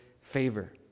favor